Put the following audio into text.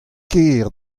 ker